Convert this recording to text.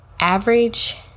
Average